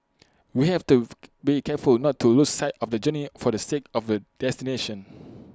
we have to be careful not to lose sight of the journey for the sake of the destination